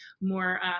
more